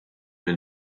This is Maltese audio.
lil